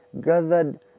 gathered